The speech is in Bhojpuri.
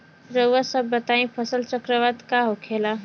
रउआ सभ बताई फसल चक्रवात का होखेला?